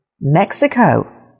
Mexico